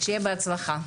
שיהיה בהצלחה.